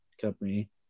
company